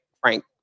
Frank